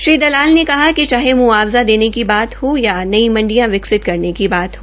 श्री दलाल ने कहा कि चाहे मुआवजा देने की बात हो या नई मंडिया विकसित करने की बात हो